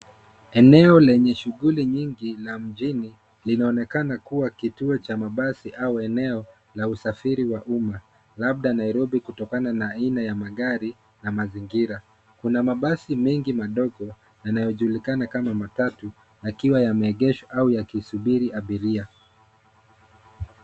Eneo lenye shughuli nyingi la mjini. Linaonekana kuwa kituo cha mabasi au eneo la usafiri wa uma, labda Nairobi kutokana na aina ya magari na mazingira. Kuna mabasi mengi madogo, yanayojulikana kama matatu yakiwa yameegeshwa au yakisubiri abiria.